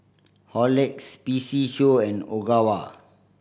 Horlicks P C Show and Ogawa